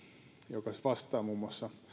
joka vastaa muun muassa